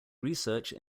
research